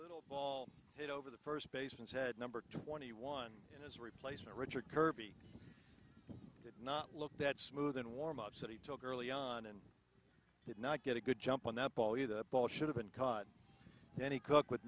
little ball hit over the first baseman said number twenty one and as a replacement richard kirby did not look that smooth and warm ups that he took early on and did not get a good jump on the ball you the ball should have been caught in any cook with